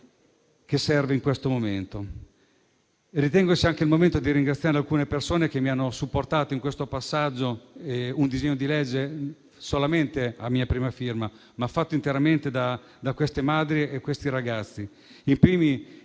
necessaria in questo momento. Ritengo sia anche il momento di ringraziare alcune persone che mi hanno supportato in questo percorso. Il disegno di legge reca solo la mia prima firma, ma è stato fatto interamente dalle madri e da ragazzi.